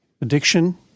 addiction